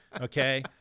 Okay